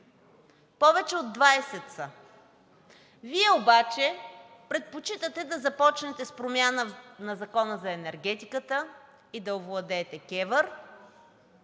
повече от 20 са. Вие обаче предпочитате да започнете с промяна на Закона за енергетиката и да овладеете КЕВР,